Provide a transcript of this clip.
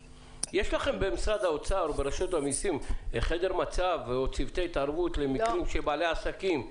שאלה: יש במשרד האוצר חדר מצב לצורך מענה לעסקים?